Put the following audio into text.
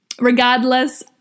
Regardless